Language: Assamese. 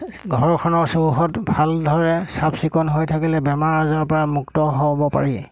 ঘৰখনৰ চৌহদ ভালদৰে চাফ চিকুণ হৈ থাকিলে বেমাৰ আজাৰৰ পৰা মুক্ত হ'ব পাৰি